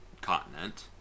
continent